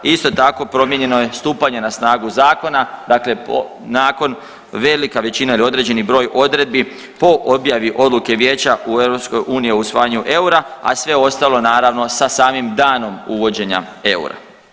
Isto tako promijenjeno je stupanje na snagu zakona, dakle nakon, velika većina ili određeni broj odredbi po objavi odluke Vijeća EU o usvajanju eura, a sve ostalo naravno sa samim danom uvođenjem eura.